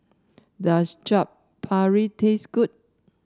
does Chaat Papri taste good